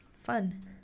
Fun